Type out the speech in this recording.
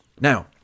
Now